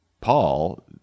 Paul